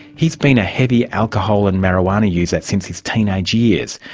he's been a heavy alcohol and marijuana user since his teenage years,